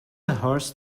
horse